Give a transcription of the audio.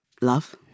Love